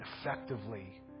effectively